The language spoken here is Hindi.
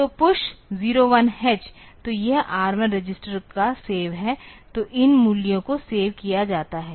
तो PUSH 01H तो यह R1 रजिस्टर का सेव है तो इन मूल्यों को सेव किया जाता है